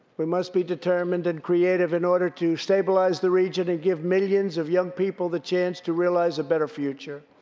we must be determined and creative in order to stabilize the region and give millions of young people the chance to realize a better future.